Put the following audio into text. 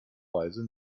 weise